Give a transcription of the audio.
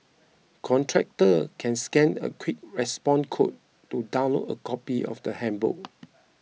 contractors can scan a quick response code to download a copy of the handbook